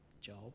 job